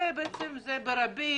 שבעצם זה ברבים,